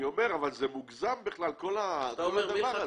אבל זה מוגזם בכלל כל הדבר הזה.